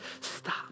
Stop